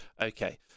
okay